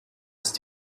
ist